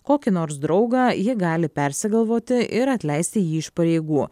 kokį nors draugą ji gali persigalvoti ir atleisti jį iš pareigų